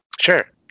Sure